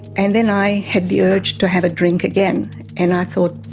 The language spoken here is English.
and then i had the urge to have a drink again and i thought,